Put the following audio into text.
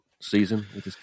season